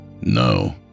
No